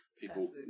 people